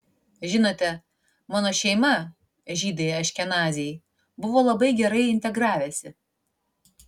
žinote mano šeima žydai aškenaziai buvo labai gerai integravęsi